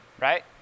Right